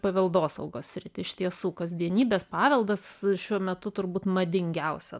paveldosaugos sritį iš tiesų kasdienybės paveldas šiuo metu turbūt madingiausia